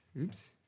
Oops